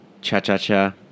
cha-cha-cha